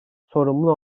sorumlu